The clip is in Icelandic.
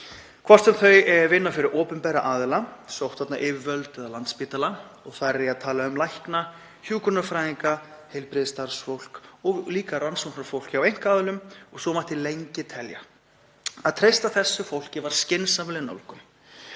hvort sem þau vinna fyrir opinbera aðila, sóttvarnayfirvöld eða Landspítala. Þar er ég að tala um lækna, hjúkrunarfræðinga, heilbrigðisstarfsfólk og líka rannsóknarfólk hjá einkaaðilum og svo mætti lengi telja. Að treysta þessu fólki var skynsamleg nálgun